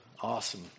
Awesome